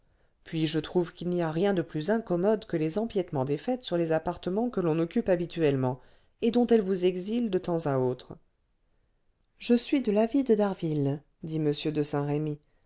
puis je trouve qu'il n'y a rien de plus incommode que les empiétements des fêtes sur les appartements que l'on occupe habituellement et dont elles vous exilent de temps à autre je suis de l'avis de d'harville dit m de saint-remy